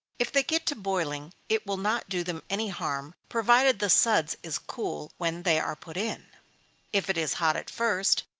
if they get to boiling, it will not do them any harm, provided the suds is cool when they are put in if it is hot at first,